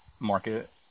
market